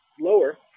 lower